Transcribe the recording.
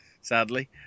Sadly